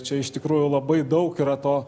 čia iš tikrųjų labai daug yra to